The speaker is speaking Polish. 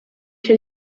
się